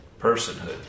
personhood